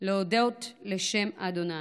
להדות לשם ה'.